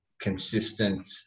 consistent